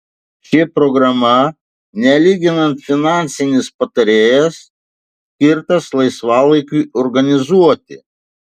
ši programa nelyginant finansinis patarėjas skirtas laisvalaikiui organizuoti